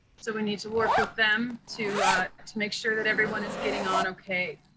so we need to work with them to to make sure that everyone is getting on ok.